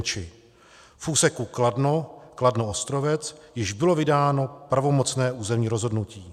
V úseku Kladno KladnoOstrovec již bylo vydáno pravomocné územní rozhodnutí.